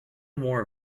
more